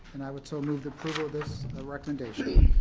and i would so move the approval of this recommendation?